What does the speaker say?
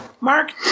Mark